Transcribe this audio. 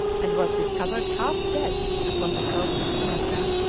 and was discovered half dead upon the coast of sumatra.